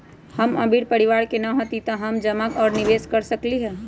हम अमीर परिवार से न हती त का हम जमा और निवेस कर सकली ह?